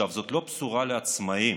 זאת לא בשורה לעצמאים,